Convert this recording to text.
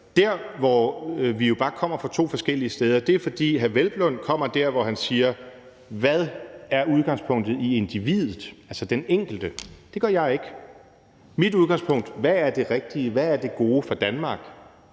Vi står jo bare to forskellige steder. Hr. Peder Hvelplund står der, hvor han siger: Hvad er udgangspunktet for individet, altså den enkelte? Det gør jeg ikke. Mit udgangspunkt er, hvad der er det rigtige og det gode for Danmark.